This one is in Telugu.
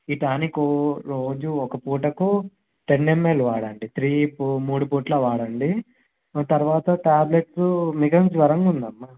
ఈ టానిక్ రోజూ ఒక పూటకు టెన్ ఎంఎల్ వాడండి త్రీ ఫో మూడుపూట్ల వాడండి తరువాత ట్యాబ్లెట్స్ మీకు ఏమన్నా జ్వరంగుందామ్మా